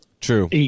True